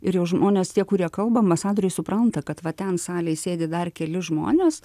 ir jau žmonės tie kurie kalba masadoriai supranta kad va ten salėj sėdi dar keli žmonės